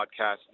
podcast